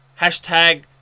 Hashtag